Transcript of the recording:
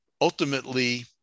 ultimately